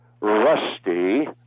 Rusty